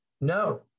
no